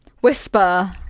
Whisper